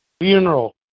Funeral